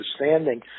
understanding